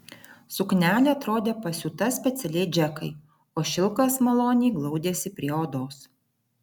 suknelė atrodė pasiūta specialiai džekai o šilkas maloniai glaudėsi prie odos